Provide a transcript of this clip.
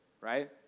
right